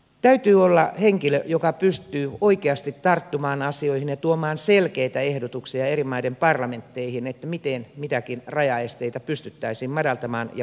täytyy olla henkilö joka pystyy oikeasti tarttumaan asioihin ja tuomaan selkeitä ehdotuksia eri maiden parlamentteihin siitä miten mitäkin rajaesteitä pystyttäisiin madaltamaan ja poistamaan